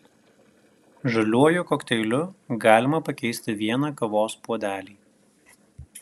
žaliuoju kokteiliu galima pakeisti vieną kavos puodelį